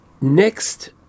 next